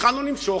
והתחלנו למשוך,